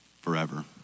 forever